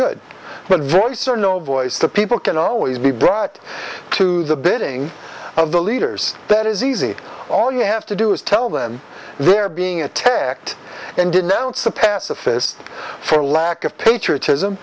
good but voice or no voice the people can always be brought to the bidding of the leaders that is easy all you have to do is tell them they're being attacked and denounce the pacifists for lack of patriotism